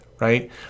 right